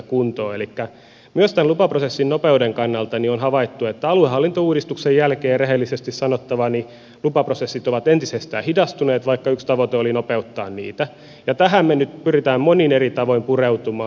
elikkä myös tämän lupaprosessin nopeuden kannalta on havaittu että aluehallinto uudistuksen jälkeen on rehellisesti sanottava lupaprosessit ovat entisestään hidastuneet vaikka yksi tavoite oli nopeuttaa niitä ja tähän me nyt pyrimme monin eri tavoin pureutumaan